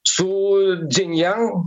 su džin jan